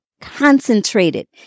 concentrated